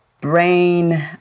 brain